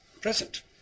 present